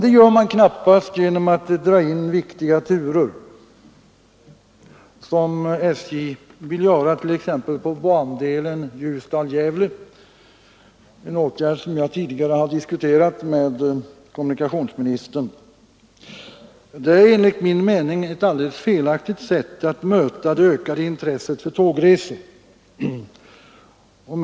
Det gör man knappast genom att dra in viktiga turer, som SJ vill göra t.ex. på bandelen Ljusdal—Gävle, en åtgärd som jag tidigare har diskuterat med kommunikationsministern. Det är enligt min mening ett felaktigt sätt att möta det ökade intresset för tågresor.